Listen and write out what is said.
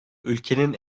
ülkenin